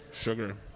Sugar